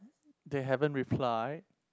they haven't reply